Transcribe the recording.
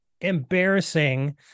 embarrassing